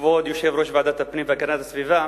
כבוד יושב-ראש ועדת הפנים והגנת הסביבה,